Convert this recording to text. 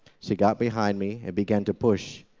she got behind me, and began to push.